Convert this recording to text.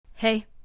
Hey